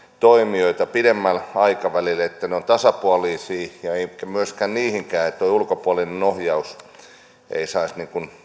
toimijoita pidemmällä aikavälillä siihen että ne ovat tasapuolisia eikä myöskään ulkopuolinen ohjaus saisi